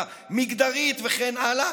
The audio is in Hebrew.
המגדרית וכן הלאה,